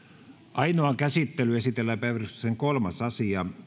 ainoaan käsittelyyn esitellään päiväjärjestyksen kolmas asia